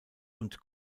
und